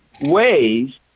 ways